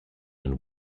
and